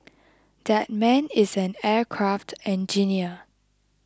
that man is an aircraft engineer